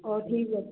ହଉ ଠିକ୍ ଅଛି